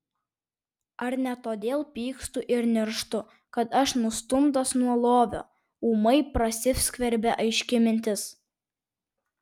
ar ne todėl pykstu ir nirštu kad aš nustumtas nuo lovio ūmai prasiskverbia aiški mintis